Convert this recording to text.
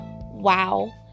wow